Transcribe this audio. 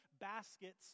baskets